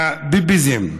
לביביזם,